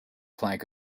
plank